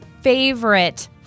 favorite